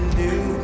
new